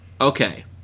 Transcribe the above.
Okay